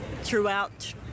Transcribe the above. throughout